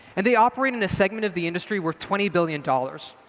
and they operate in a segment of the industry worth twenty billion dollars.